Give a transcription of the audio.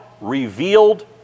revealed